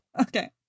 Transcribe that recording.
Okay